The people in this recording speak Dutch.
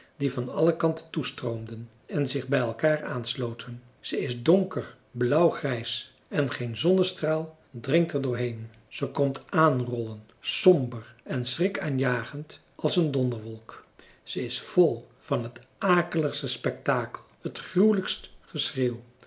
die van alle kanten toestroomden en zich bij elkaar aansloten ze is donker blauwgrijs en geen zonnestraal dringt er door heen ze komt aanrollen somber en schrikaanjagend als een donderwolk ze is vol van het akeligste spektakel het gruwelijkst